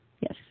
Yes